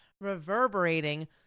reverberating